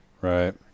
right